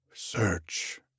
Search